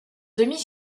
demi